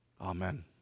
Amen